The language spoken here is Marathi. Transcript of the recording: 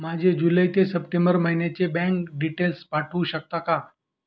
माझे जुलै ते सप्टेंबर महिन्याचे बँक डिटेल्स पाठवू शकता का?